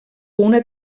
una